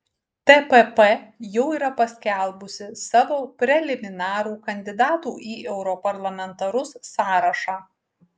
tpp jau yra paskelbusi savo preliminarų kandidatų į europarlamentarus sąrašą